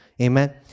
Amen